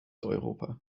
europa